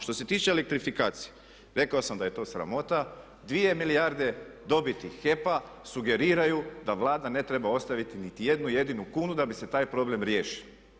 Što se tiče elektrifikacije, rekao sam da je to sramota, 2 milijarde dobiti HEP-a sugeriraju da Vlada ne treba ostaviti niti jednu jedinu kunu da bi se taj problem riješio.